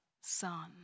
son